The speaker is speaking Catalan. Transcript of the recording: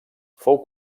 fou